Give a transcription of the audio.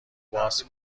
باز